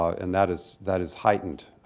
and that is that is heightened,